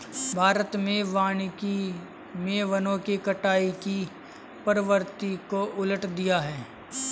भारत में वानिकी मे वनों की कटाई की प्रवृत्ति को उलट दिया है